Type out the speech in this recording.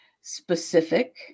specific